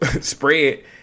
spread